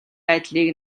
байдлыг